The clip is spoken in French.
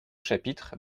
chapitre